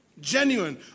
genuine